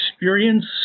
Experience